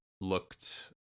looked